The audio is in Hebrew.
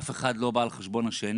אף אחד לא בא על חשבון השני.